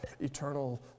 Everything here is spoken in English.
eternal